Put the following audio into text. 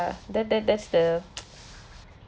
ya that that that's the